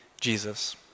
Jesus